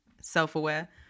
self-aware